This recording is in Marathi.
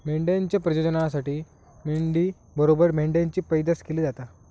मेंढ्यांच्या प्रजननासाठी मेंढी बरोबर मेंढ्यांची पैदास केली जाता